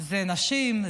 הנשים,